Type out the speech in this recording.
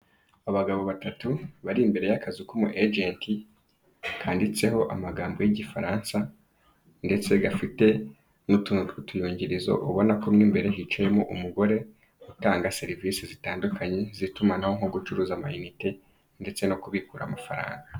Abagabo batatu bari imbere y'akazu k'umu agenti kanditseho amagambo y'Igifaransa, ndetse gafite n'utuntu tw'utuyungirizo. Ubona ko mo imbere hicaye umugore utanga serivisi zitandukanye z'itumanaho nko gucuruza amayinite ndetse no kubikura amafaranga.